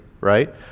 right